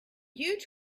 huge